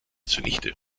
zunichte